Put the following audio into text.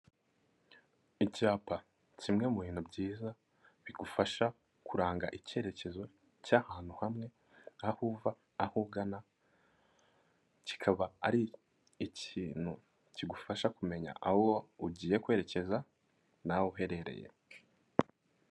Icyapa kimwe mu bintu byiza bigufasha kuranga icyerekezo cy'ahantu hamwe, aho uva, aho ugana kikaba ari ikintu kigufasha kumenya aho ugiye kwerekeza n'aho uherereye.